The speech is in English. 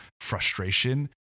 frustration